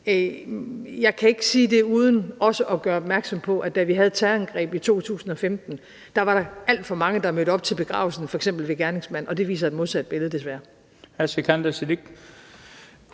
jeg kan ikke sige det uden også at gøre opmærksom på, at der i forbindelse med terrorangrebet i 2015 f.eks. var alt for mange, der mødte op til begravelsen af gerningsmanden, og det viser desværre et modsat billede.